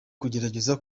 kugerageza